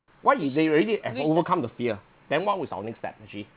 what if they've already at overcome the fear then what was our next step actually